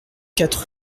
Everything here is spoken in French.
quatre